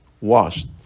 washed